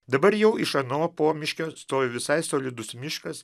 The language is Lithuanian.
dabar jau iš ano pomiškio stovi visai solidus miškas